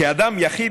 כאדם יחיד,